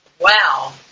wow